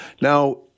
Now